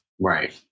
Right